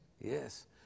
Yes